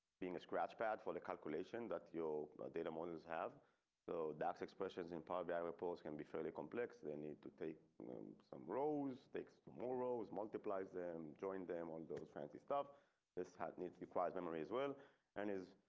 being a scratchpad for the calculation that your data models have so that's expressions in power. bi reports can be fairly complex. they need to take some rose takes tomorrow is multiplies them join them on those fancy stuff this had needs applied memory as well and is.